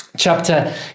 Chapter